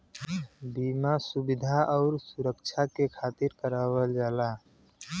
बीमा सुविधा आउर सुरक्छा के खातिर करावल जाला